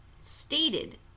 stated